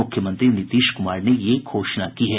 मुख्यमंत्री नीतीश कुमार ने ये घोषणा की है